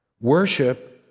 Worship